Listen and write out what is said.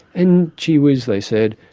and gee whiz, they said,